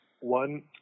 One